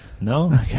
No